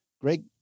Greg